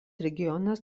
regionas